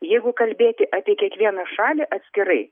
jeigu kalbėti apie kiekvieną šalį atskirai